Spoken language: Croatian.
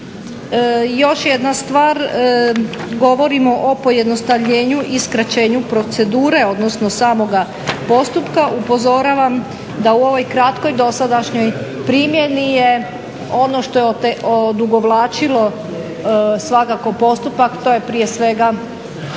još jedna stvar, govorimo o pojednostavljenju i skraćenju procedure, odnosno samoga postupka. Upozoravam da u ovoj kratkoj dosadašnjoj primjeni je ono što je odugovlačilo svakako postupak to je prije svega